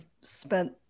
spent